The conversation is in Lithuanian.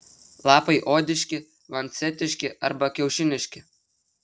lapai odiški lancetiški arba kiaušiniški